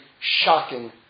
shocking